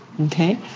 okay